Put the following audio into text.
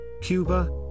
Cuba